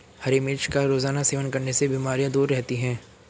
हरी मिर्च का रोज़ाना सेवन करने से बीमारियाँ दूर रहती है